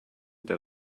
that